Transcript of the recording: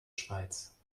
schweiz